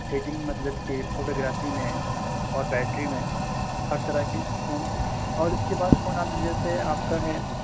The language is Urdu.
سیٹنگ مطلب کے فوٹو گرافی میں اور بیٹری میں ہر طرح کے فون اور اس کے بعد فون آپ جیسے آپ کا ہے